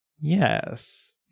Yes